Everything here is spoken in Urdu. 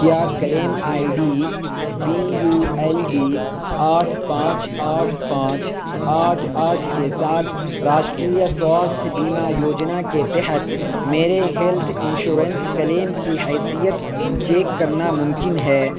کیا claim ID B U L D ڈی آٹھ پانچ آٹھ پانچ آٹھ آٹھ کے ساتھ راشٹریہ سواستھ بیمہ یوجنا کے تحت میرے ہیلتھ انشورنس کلیم کی حیثیت چیک کرنا ممکن ہے